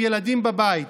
עם ילדים בבית,